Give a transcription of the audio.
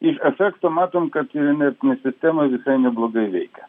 iš efekto matom kad nes sistema visai neblogai veikia